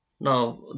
Now